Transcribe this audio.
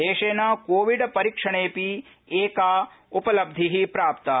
देशेन कोविड परीक्षणेऽपि क्रिा उपलब्धि प्राप्ता